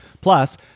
Plus